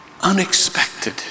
unexpected